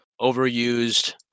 Overused